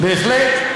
בהחלט.